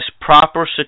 proper